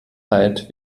halt